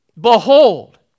Behold